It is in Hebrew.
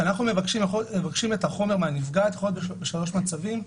אנחנו מבקשים את החומר מהנפגעת ב-3 מצבים: